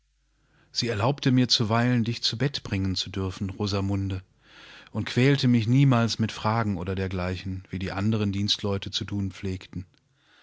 sie erlaubte mir zuweilen dich zu bett zu bringen zu dürfen rosamunde und quälte mich niemals mit fragen oder dergleichen wie die anderndienstleutezutunpflegten